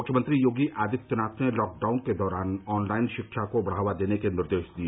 मुख्यमंत्री योगी आदित्यनाथ ने लॉकडाउन के दौरान ऑनलाइन शिक्षा को बढ़ावा देने के निर्देश दिए